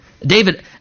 David